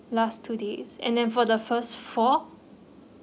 last two days and then for the first four